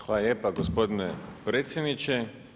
Hvala lijepa gospodine predsjedniče.